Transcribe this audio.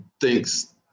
thinks